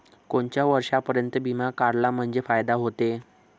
कोनच्या वर्षापर्यंत बिमा काढला म्हंजे फायदा व्हते?